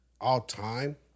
All-time